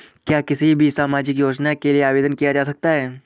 क्या किसी भी सामाजिक योजना के लिए आवेदन किया जा सकता है?